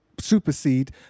supersede